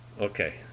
Okay